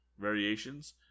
variations